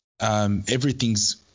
Everything's